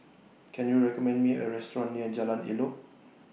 Can YOU recommend Me A Restaurant near Jalan Elok